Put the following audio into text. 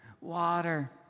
water